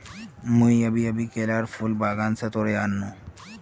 मुई अभी अभी केलार फूल बागान स तोड़े आन नु